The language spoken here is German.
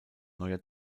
neuer